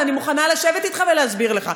ואני מוכנה לשבת אתך ולהסביר לך.